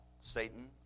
Satan